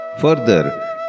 Further